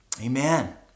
Amen